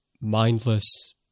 mindless